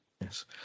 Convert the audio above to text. yes